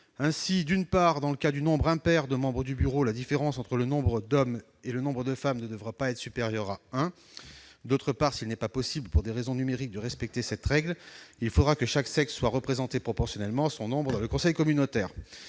Ainsi, d'une part, dans le cas d'un nombre impair de membres du bureau, la différence entre le nombre d'hommes et le nombre de femmes ne devra pas être supérieure à 1 ; d'autre part, s'il n'est pas possible pour des raisons numériques de respecter cette règle, il faudra que chaque sexe soit représenté proportionnellement à son nombre dans le conseil communautaire.